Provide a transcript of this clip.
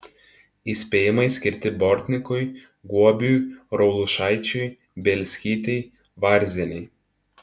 įspėjimai skirti bortnikui guobiui raulušaičiui bielskytei varzienei